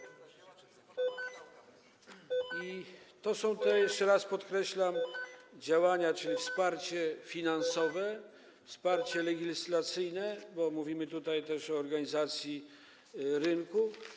I to są te, jeszcze raz podkreślam, działania, czyli wsparcie finansowe, wsparcie legislacyjne, bo mówimy tutaj też o organizacji rynku.